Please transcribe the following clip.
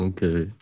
Okay